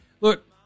look